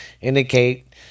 indicate